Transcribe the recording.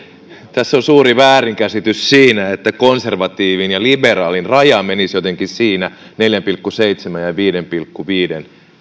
tässä on suuri väärinkäsitys siinä että konservatiivin ja liberaalin raja menisi jotenkin siinä neljän pilkku seitsemän ja viiden pilkku viiden